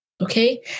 Okay